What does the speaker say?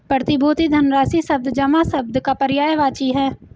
प्रतिभूति धनराशि शब्द जमा शब्द का पर्यायवाची है